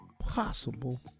possible